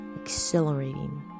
accelerating